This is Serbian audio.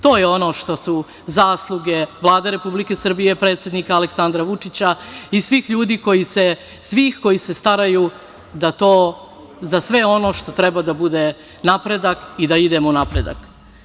To je ono što su zasluge Vlade Republike Srbije, predsednika Aleksandra Vučića i svih ljudi koji se staraju da to, za sve ono što treba da bude napredak i da idemo u napredak.